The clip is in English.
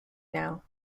now